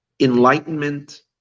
enlightenment